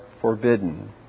forbidden